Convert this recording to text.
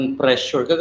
pressure